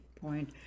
point